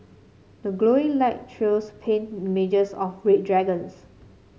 the glowing light trails paint images of read dragons